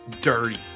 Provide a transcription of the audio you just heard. dirty